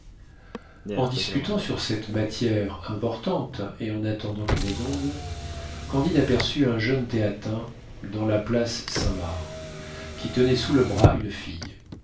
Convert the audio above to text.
en disputant sur cette matière importante et en attendant cunégonde candide aperçut un jeune théatin dans la place saint-marc qui tenait sous le bras une fille